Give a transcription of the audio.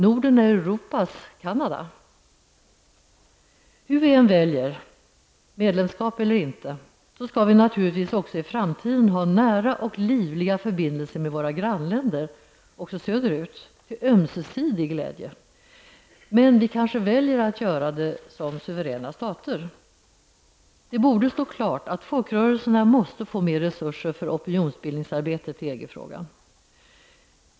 Norden är Europas Hur vi än väljer, medlem eller ej, skall vi naturligtvis också i framtiden ha nära och livliga förbindelser med våra grannländer också söderut, till ömsesidig glädje. Men vi kanske väljer att göra det som suveräna stater. Det borde stå klart att folkrörelserna måste få mer resurser för opinionsbildningsarbetet i EG-frågan.